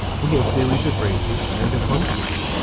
we have theories of races and of functions,